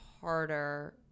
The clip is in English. harder